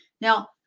Now